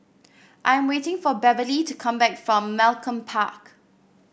I am waiting for Beverlee to come back from Malcolm Park